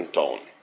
tone